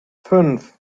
fünf